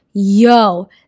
Yo